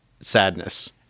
sadness